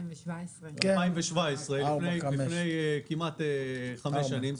היא התקבלה ב-2017, לפני כמעט חמש שנים.